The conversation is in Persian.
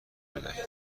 میدهید